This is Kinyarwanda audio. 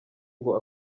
ngo